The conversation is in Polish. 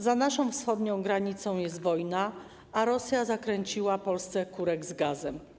Za naszą wschodnią granicą jest wojna, a Rosja zakręciła Polsce kurek z gazem.